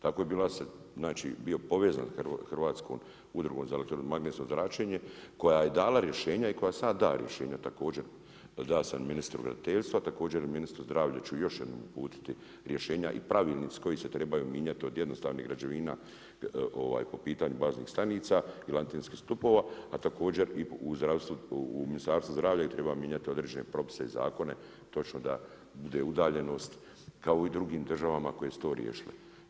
Tako je bio povezan Hrvatskom udrugom za elektromagnetsko zračenje koja je dala rješenje i koja sada da rješenja također, dao sam ministru graditeljstva, također ministru zdravlja ću još jednom uputiti rješenja i pravilnici koji se trebaju mijenjati od jednostavnih građevina po pitanju baznih stanica ili antenskih stupova, a također u Ministarstvu zdravlja treba mijenjati određene propise i zakone točno da bude udaljenost kao i u drugim državama koje su to riješile.